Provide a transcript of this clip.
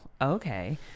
okay